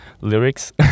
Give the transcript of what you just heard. lyrics